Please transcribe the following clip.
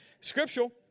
Scriptural